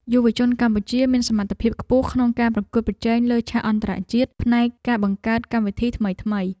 យុវជនកម្ពុជាមានសមត្ថភាពខ្ពស់ក្នុងការប្រកួតប្រជែងលើឆាកអន្តរជាតិផ្នែកការបង្កើតកម្មវិធីថ្មីៗ។